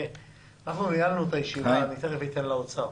אנחנו סיימנו את הישיבה, אני תכף אתן לאוצר.